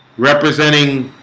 representing